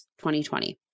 2020